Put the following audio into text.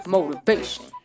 Motivation